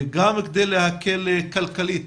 גם כדי להקל כלכלית